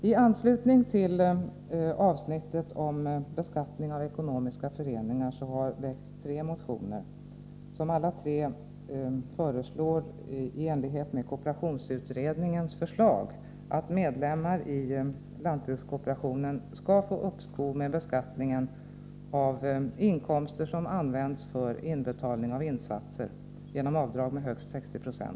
I anslutning till avsnittet om beskattning av ekonomiska föreningar har det väckts tre motioner, som alla tre föreslår, i enlighet med kooperationsutredningens förslag, att medlemmar i lantbrukskooperationen skall få uppskov med beskattningen av inkomster som används för inbetalning av insatser genom avdrag med högst 60 96.